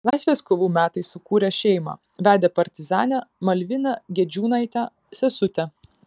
laisvės kovų metais sukūrė šeimą vedė partizanę malviną gedžiūnaitę sesutę